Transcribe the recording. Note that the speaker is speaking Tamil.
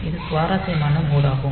இது சுவாரஸ்யமான மோட் ஆகும்